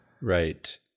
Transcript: right